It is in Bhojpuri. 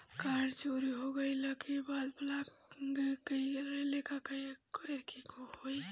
कार्ड चोरी होइला के बाद ब्लॉक करेला का करे के होई?